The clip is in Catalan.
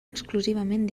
exclusivament